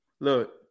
look